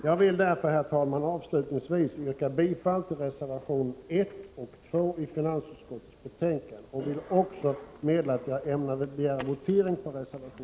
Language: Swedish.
Jag vill därför, herr talman, avslutningsvis yrka bifall till reservationerna 1 och 2 i finansutskottets betänkande nr 12. Jag vill också meddela att jag ämnar begära votering beträffande reservation 1.